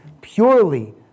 purely